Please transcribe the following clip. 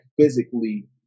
physically